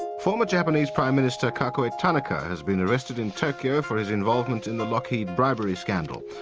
former japanese prime minister, kakuei tanaka has been arrested in tokyo for his involvement in the lockheed bribery scandal.